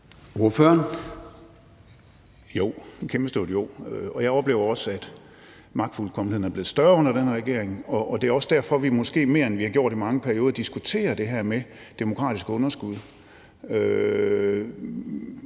Gejl (ALT): Jo, et kæmpestort jo. Og jeg oplever også, at magtfuldkommenheden er blevet større under den her regering, og det er også derfor, at vi måske mere, end vi har gjort i mange perioder, diskuterer det her med demokratisk underskud.